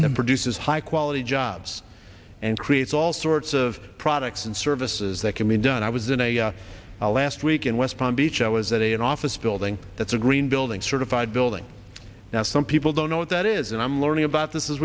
in the produces high quality jobs and creates all sorts of products and services that can be done i was in a while last week in west palm beach i was at a an office building that's a green building certified building now some people don't know what that is and i'm learning about this